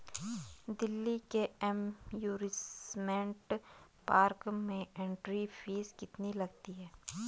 दिल्ली के amusement park में entry fee कितनी लगती है?